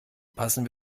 passen